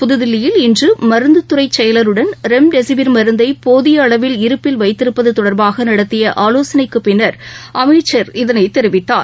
புத்தில்லியில் இன்று மருந்து துறை செயலருடன் ரெம்டெசிவிர் மருந்தை போதிய அளவில் இருப்பில் வைத்திருப்பது தொடர்பாக நடத்திய ஆலோசனைக்குப் பின்னர் அமைச்சர் இதனை தெரிவித்தார்